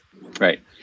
Right